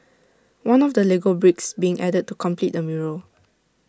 one of the Lego bricks being added to complete the mural